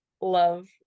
love